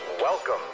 Welcome